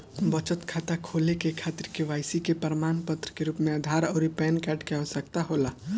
बचत खाता खोले के खातिर केवाइसी के प्रमाण के रूप में आधार आउर पैन कार्ड के आवश्यकता होला